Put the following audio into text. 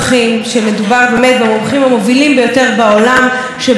שבחנו את ההשפעות של עליית הטמפרטורות על